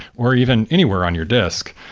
or even anywhere on your disk.